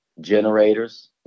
generators